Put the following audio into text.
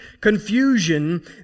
confusion